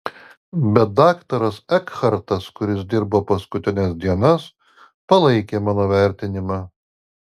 bet daktaras ekhartas kuris dirbo paskutines dienas palaikė mano vertinimą